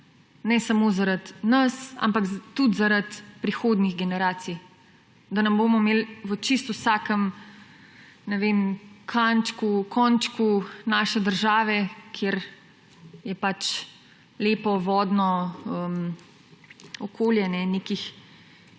ne samo zaradi nas, ampak tudi zaradi prihodnjih generacij. Da ne bomo imeli v čisto vsakem končku naše države, kjer je pač lepo vodno okolje, nekih